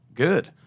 Good